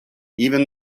even